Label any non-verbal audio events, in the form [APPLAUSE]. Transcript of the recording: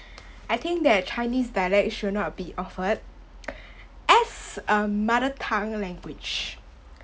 [BREATH] I think that chinese dialect should not be offered [NOISE] as a mother tongue language